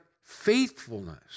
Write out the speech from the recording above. faithfulness